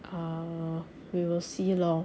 uh we will see lor